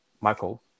michael